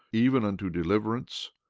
even unto deliverance.